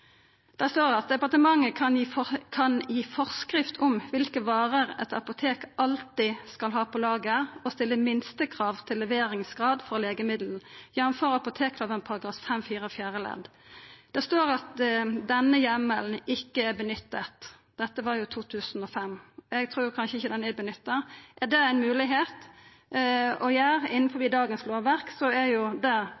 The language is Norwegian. kan gi forskrift om hvilke varer et apotek alltid skal ha på lager og stille minstekrav til leveringsgrad for legemidler, jf. apotekloven § 5-4 fjerde ledd. Denne hjemmelen ikke er benyttet.» Dette var i 2005. Eg trur kanskje ikkje han er nytta. Er det ei moglegheit å